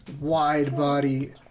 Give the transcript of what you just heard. wide-body